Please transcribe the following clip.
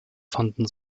fanden